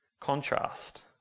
contrast